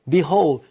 Behold